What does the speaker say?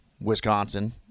Wisconsin